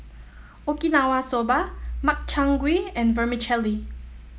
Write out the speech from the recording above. Okinawa Soba Makchang Gui and Vermicelli